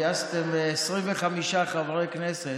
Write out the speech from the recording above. גייסתם 25 חברי כנסת,